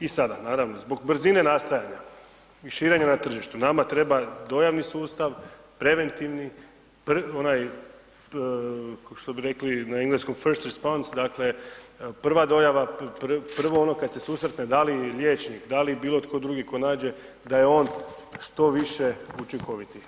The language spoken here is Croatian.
I sada, naravno, zbog brzine nastajanja i širenje na tržištu, nama treba dojavni sustav, preventivni, onaj što bi rekli na engleskom, … dakle, prva dojava, prvo ono kada se susretne, da li liječnik, da li bilo tko drugi, ko nađe da je on što više učinkovit.